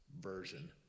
version